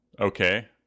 Okay